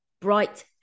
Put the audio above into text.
bright